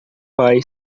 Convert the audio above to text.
pai